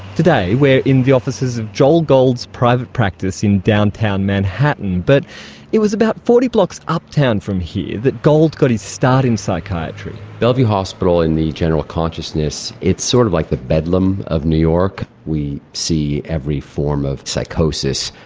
today we're in the offices of joel gold's private practice in downtown manhattan. but it was about forty blocks uptown from here that gold got his start in psychiatry. bellevue hospital in the general consciousness, it's sort of like the bedlam of new york. we see every form of psychosis,